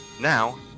Now